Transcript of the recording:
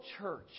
church